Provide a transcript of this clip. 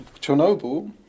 Chernobyl